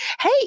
hey